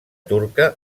turca